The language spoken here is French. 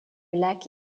lac